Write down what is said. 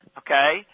okay